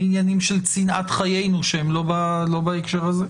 עניינים של צנעת חיינו, שהם לא בהקשר הזה.